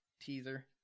teaser